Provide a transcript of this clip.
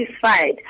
satisfied